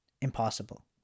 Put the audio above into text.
impossible